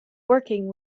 working